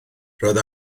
roedd